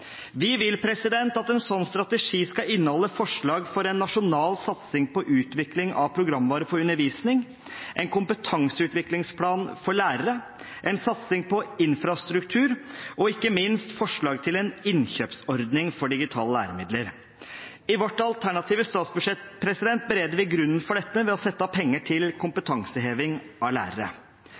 Vi vil at en sånn strategi skal inneholde forslag for en nasjonal satsing på utvikling av programvare for undervisning, en kompetanseutviklingsplan for lærere, en satsing på infrastruktur og ikke minst forslag til en innkjøpsordning for digitale læremidler. I vårt alternative statsbudsjett bereder vi grunnen for dette ved å sette av penger til kompetanseheving av lærere.